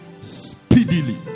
speedily